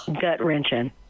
Gut-wrenching